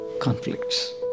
conflicts